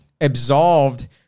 absolved